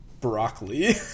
broccoli